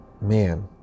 man